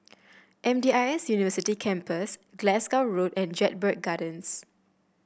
M D I S University Campus Glasgow Road and Jedburgh Gardens